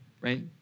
right